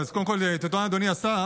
אז קודם כול תודה, אדוני השר.